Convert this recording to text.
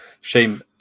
Shame